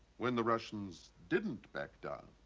when the russians didn't back down.